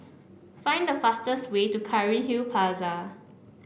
find the fastest way to Cairnhill Plaza